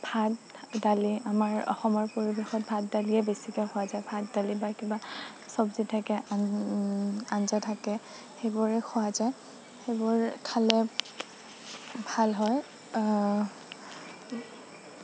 ভাত দালি আমাৰ অসমৰ পৰিৱেশত ভাত দালিয়েই বেছিকৈ খোৱা যায় ভাত দালি বা কিবা চব্জি থাকে আঞ্জা থাকে সেইবোৰেই খোৱা যায় সেইবোৰ খালে ভাল হয়